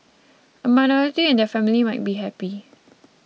a minority and their family might be happy